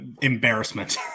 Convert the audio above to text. embarrassment